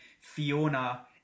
Fiona